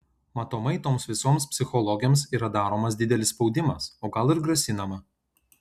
matomai toms visoms psichologėms yra daromas didelis spaudimas o gal ir grasinama